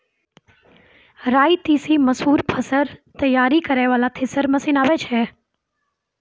राई तीसी मसूर फसल तैयारी करै वाला थेसर मसीन आबै छै?